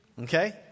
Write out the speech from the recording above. Okay